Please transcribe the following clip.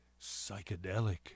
psychedelic